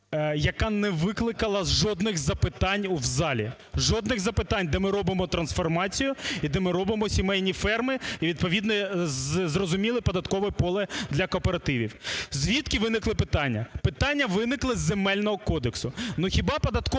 яка не викликала жодних запитань в залі, жодних запитань, де ми робимо трансформацію і де ми робимо сімейні ферми, і відповідне зрозуміле податкове поле для кооперативів. Звідки виникли питання? Питання виникли із Земельного кодексу.